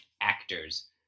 actors